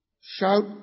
shout